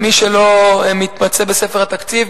למי שלא מתמצא בספר התקציב,